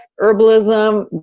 herbalism